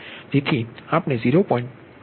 જેથી આપણે 0